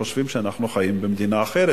חושבים שאנחנו חיים במדינה אחרת,